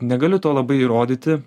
negaliu to labai įrodyti